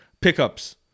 pickups